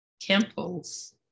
temples